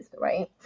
right